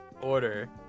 order